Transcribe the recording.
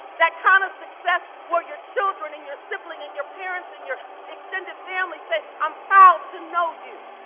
that kind of success where your children, and your sibling, and your parents, and your extended family say, i'm proud to know you.